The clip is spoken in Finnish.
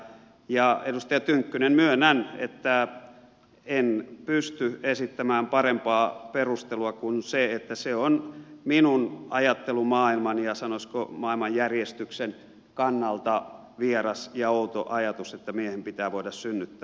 ja edustaja tynkkynen myönnän että en pysty esittämään parempaa perustelua kuin sen että se on minun ajattelumaailmani ja sanoisinko maailmanjärjestykseni kannalta vieras ja outo ajatus että miehen pitää voida synnyttää